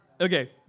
Okay